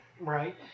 Right